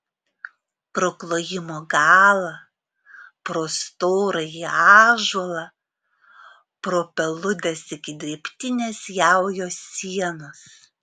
pro klojimo galą pro storąjį ąžuolą pro peludes iki drėbtinės jaujos sienos